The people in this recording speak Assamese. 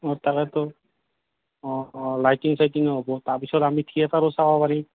অঁ তাকেতো অঁ অঁ লাইটিং চাইটিঙো হ'ব তাৰপিছত আমি থিয়েটাৰো চাব পাৰিম